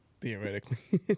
theoretically